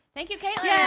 thank you caitlin. yeah